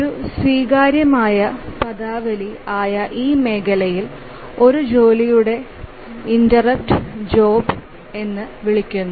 ഒരു സ്വീകാര്യമായ പദാവലി ആയ ഈ മേഖലയിൽ ഒരു ജോലിയുടെ ഇൻസ്റ്റൻസ് ജോബ് എന്ന് വിളിക്കുന്നു